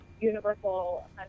universal